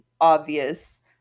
obvious